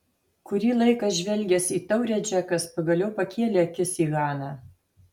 kurį laiką žvelgęs į taurę džekas pagaliau pakėlė akis į haną